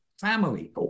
family